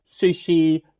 sushi